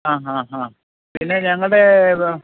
ആ ഹാ ഹാ പിന്നെ ഞങ്ങളുടെ